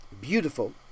beautiful